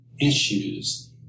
issues